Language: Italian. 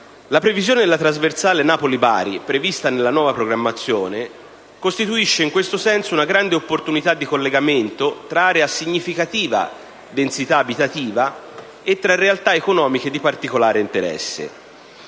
La previsione della trasversale Napoli-Bari, prevista nella nuova programmazione, costituisce in questo senso una grande opportunità di collegamento tra aree a significativa densità abitativa e tra realtà economiche di particolare interesse.